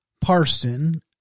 Parson